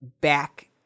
back